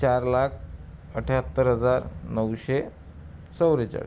चार लाख अठ्ठ्याहत्तर हजार नऊशे चव्वेचाळीस